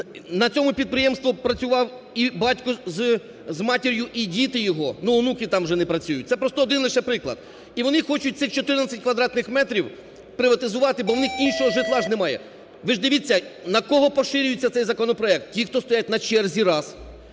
на цьому підприємстві працював і батько з матір'ю, і діти його, ну, онуки там вже не працюють. Це просто один лише приклад. І вони хочу цих 14 квадратних метрів приватизувати, бо в них іншого житла ж немає. Ви ж дивіться, на кого поширюється цей законопроект: ті, хто стоять на черзі – раз,